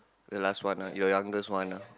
the last one ah your youngest one ah